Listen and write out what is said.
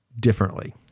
differently